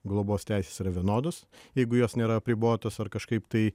globos teisės yra vienodos jeigu jos nėra apribotos ar kažkaip tai